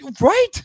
right